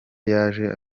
yaje